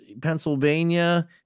Pennsylvania